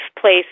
place